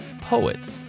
poet